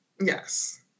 Yes